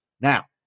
Now